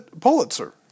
Pulitzer